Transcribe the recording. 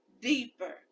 deeper